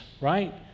Right